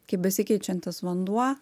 kaip besikeičiantis vanduo